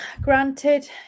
granted